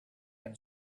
been